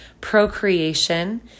procreation